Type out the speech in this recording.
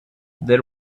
there